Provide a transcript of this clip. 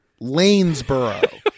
lanesboro